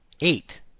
Eight